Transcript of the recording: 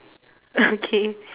okay